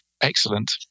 Excellent